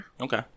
Okay